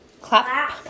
clap